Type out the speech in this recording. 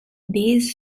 these